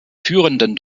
führenden